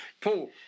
paul